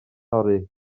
torri